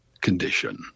condition